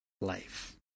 life